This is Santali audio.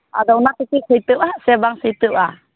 ᱟᱫᱚ ᱚᱱᱟ ᱛᱮᱠᱤ ᱥᱟᱹᱛᱚᱜᱼᱟ ᱥᱮ ᱵᱟᱝ ᱥᱟᱹᱛᱚᱜᱼᱟ